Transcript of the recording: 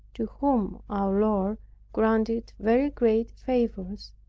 to whom our lord granted very great favors,